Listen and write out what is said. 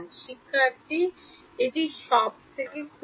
শিক্ষার্থী এটি সব থেকে খুঁজে